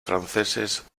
franceses